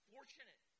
Fortunate